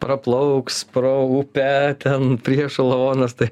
praplauks pro upę ten priešo lavonas tai